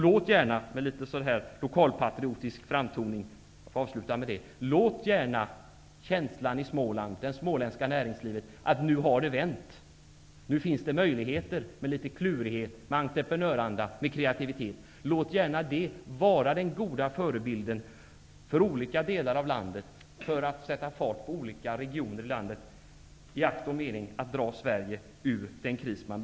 Låt gärna -- om jag får avsluta med en litet lokalpatriotisk framtoning -- känslan i det småländska näringslivet, att det nu har vänt och att det nu finns möjligheter med litet klurighet, entreprenöranda och kreativitet, vara den goda förebilden när det gäller att sätta fart på olika regioner i landet i akt och mening att dra Sverige ur krisen.